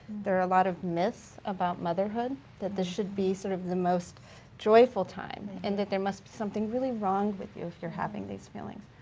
there are a lot of myths about motherhood. that this should be sort of the most joyful time and that there must be something really wrong with you if you're having these feelings.